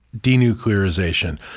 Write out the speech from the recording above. denuclearization